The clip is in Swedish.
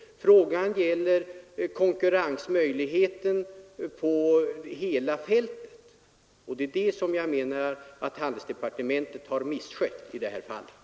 Frågan gäller konkurrensmöjligheterna på hela fältet. Jag anser att handelsdepartementet har misskött denna affär.